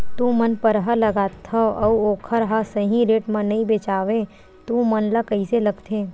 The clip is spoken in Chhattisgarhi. तू मन परहा लगाथव अउ ओखर हा सही रेट मा नई बेचवाए तू मन ला कइसे लगथे?